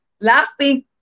laughing